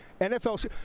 NFL